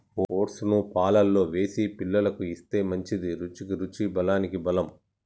oats ను పాలల్లో వేసి పిల్లలకు ఇస్తే మంచిది, రుచికి రుచి బలానికి బలం